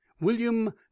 William